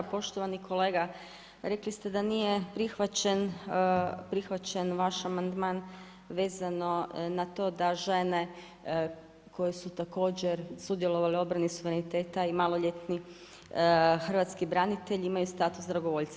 Poštovani kolega, rekli ste da nije prihvaćen vaš amandman vezano na to da žene koje su također sudjelovali u obrani suvereniteta i maloljetni hrvatski branitelji, imaju status dragovoljca.